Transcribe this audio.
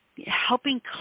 Helping